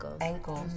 ankles